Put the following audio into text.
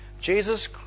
Jesus